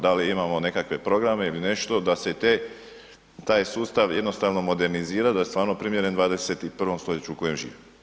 Da li imamo nekakve programe ili nešto da se i te, taj sustav jednostavno modernizira, da je stvarno primjeren 21. stoljeću u kojem živimo?